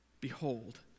Behold